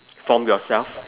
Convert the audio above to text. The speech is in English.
from yourself